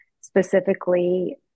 specifically